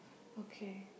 okay